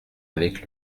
avec